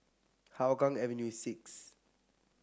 Hougang Avenue six